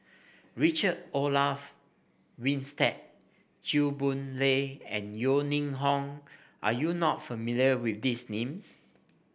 Richard Olaf Winstedt Chew Boon Lay and Yeo Ning Hong are you not familiar with these names